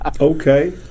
Okay